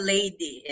Lady